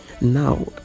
Now